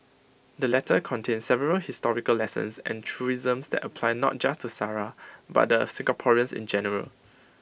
the letter contains several historical lessons and truisms that apply not just to Sara but Singaporeans in general